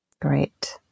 Great